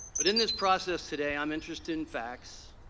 but in this process today i'm interested in fact.